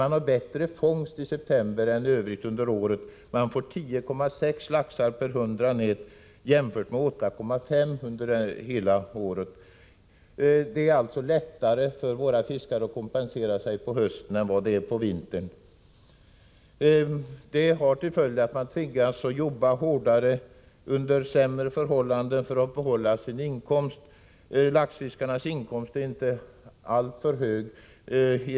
Man får emellertid större fångst i september än under det övriga året — 10,6 laxar per 100 nät i september jämfört med 8,5 under året som helhet. Det är alltså lättare för våra fiskare att kompensera sig på hösten än vad det är på vintern. De nuvarande reglerna får till följd att fiskarna tvingas arbeta hårdare och under sämre förhållanden för att få oförändrad inkomst. Inkomsten för den här yrkesgruppen är inte alltför hög.